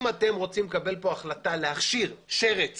אם אתם רוצים לקבל פה החלטה להכשיר שרץ